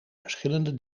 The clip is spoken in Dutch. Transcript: verschillende